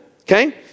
okay